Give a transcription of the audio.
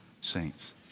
saints